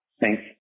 Thanks